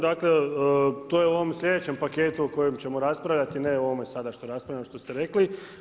Dakle to je u ovom sljedećem paketu o kojem ćemo raspravljati, ne o ovome sada što raspravljamo, što ste rekli.